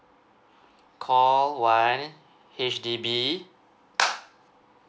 call one H_D_B